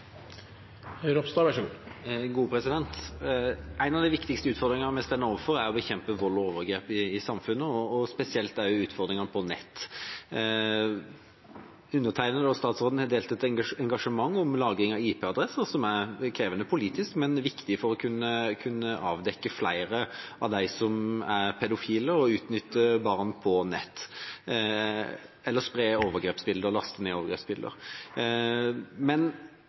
En av de viktigste utfordringene vi står overfor, er å bekjempe vold og overgrep i samfunnet, spesielt også utfordringene på nettet. Undertegnede og statsråden har delt et engasjement for lagring av IP-adresser, som er krevende politisk, men som er viktig for å kunne avdekke flere av dem som er pedofile, som utnytter barn på nettet, eller som sprer og laster ned overgrepsbilder. Men